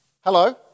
Hello